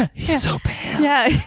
he's so pale. yeah